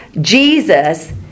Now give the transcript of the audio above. Jesus